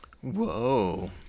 Whoa